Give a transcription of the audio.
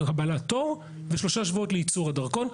ימים לקבלת תור, ושלושה שבועות לייצור הדרכון.